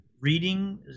reading